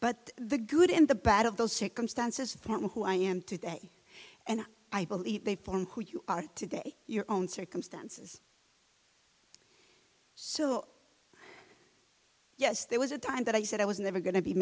but the good and the bad of those circumstances who i am today and i believe they formed who you are today your own circumstances so yes there was a time that i said i was never going to be